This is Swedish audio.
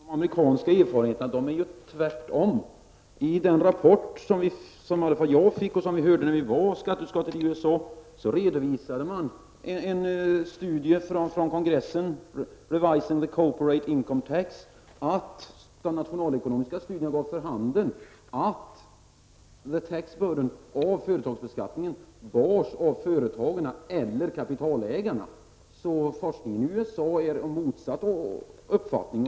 Herr talman! Bara helt kort till Lars Hedfors: De amerikanska erfarenheterna är de rakt motsatta. I den rapport som i varje fall jag fick och som vi hörde berättas om när skatteutskottet var i USA redovisade man en studie från kongressen, Revise in the Corporate Income Tax. Nationalekonomiska studier gav vid handen att bördan av företagsbeskattningen bars av företagen eller kapitalägarna. Forskningen i USA pekar alltså i motsatt riktning.